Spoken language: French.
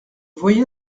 voyais